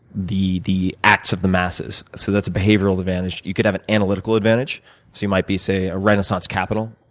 the the acts of the masses. so that's a behavioral advantage. you can have an analytical advantage, so you might be say, a renaissance capital,